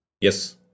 Yes